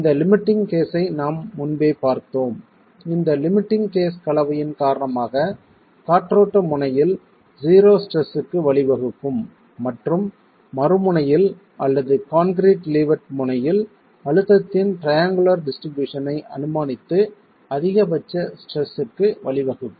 இந்த லிமிட்டிங் கேஸ்ஸை நாம் முன்பே பார்த்தோம் இந்த லிமிட்டிங் கேஸ் கலவையின் காரணமாக காற்றோட்ட முனையில் ஸிரோ ஸ்ட்ரெஸ்க்கு வழிவகுக்கும் மற்றும் மறுமுனையில் அல்லது சுவரின் லீவார்ட் முனையில் அழுத்தத்தின் டிரியங்குளர் டிஸ்ட்ரிபியூஷன் ஐ அனுமானித்து அதிகபட்ச ஸ்ட்ரெஸ்க்கு வழிவகுக்கும்